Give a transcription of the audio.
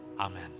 Amen